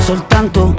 Soltanto